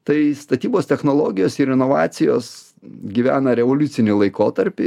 tai statybos technologijos ir inovacijos gyvena revoliucinį laikotarpį